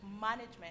management